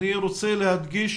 אני רוצה להדגיש